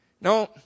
No